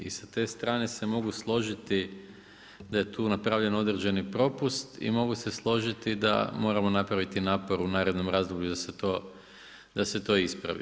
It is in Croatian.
I sa te strane se mogu složiti da je tu napravljen određeni propust i mogu se složiti da moramo napraviti napor u narednom razdoblju da se to ispravi.